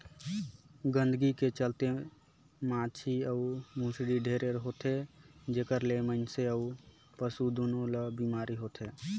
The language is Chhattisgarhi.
गंदगी के चलते माछी अउ भुसड़ी ढेरे होथे, जेखर ले मइनसे अउ पसु दूनों ल बेमारी होथे